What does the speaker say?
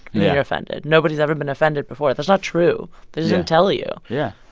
you're offended? nobody's ever been offended before. that's not true. they didn't tell you yeah.